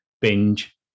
binge